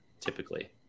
typically